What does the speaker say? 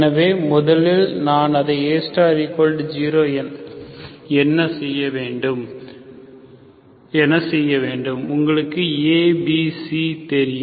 எனவே முதலில் நான் அதை A0 என செய்ய வேண்டும் உங்களுக்கு ABC தெரியும்